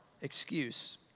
excuse